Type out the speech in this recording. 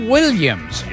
Williams